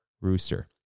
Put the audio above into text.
rooster